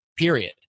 period